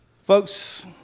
Folks